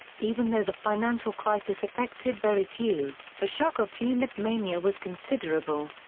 even though the financial crisis affected very few, the shock of tulipmania was considerable.